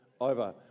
over